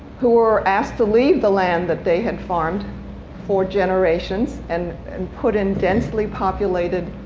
who were asked to leave the land that they had farmed for generations and and put in densely populated